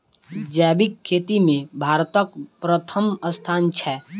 जैबिक खेती मे भारतक परथम स्थान छै